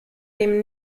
dem